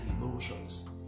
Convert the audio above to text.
emotions